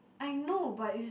I know but is